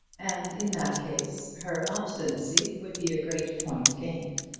and in that case her obstinacy would be a great point gained.